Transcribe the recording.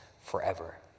forever